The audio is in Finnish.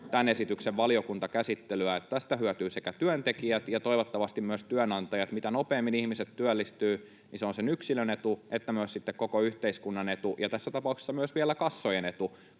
tämän esityksen valiokuntakäsittelyä. Tästä hyötyvät sekä työntekijät ja toivottavasti myös työnantajat. Mitä nopeammin ihmiset työllistyvät, niin se on sekä yksilön etu että koko yhteiskunnan etu ja tässä tapauksessa myös kassojen etu,